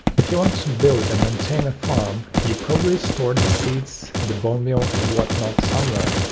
if you want to build and maintain a farm, you probably store the seeds, the bonemeal and what not somewhere.